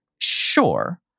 Sure